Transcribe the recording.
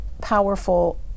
powerful